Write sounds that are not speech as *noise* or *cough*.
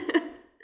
*laughs*